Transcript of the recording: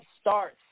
start